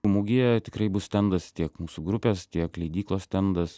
mugėje tikrai bus stendas tiek mūsų grupės tiek leidyklos stendas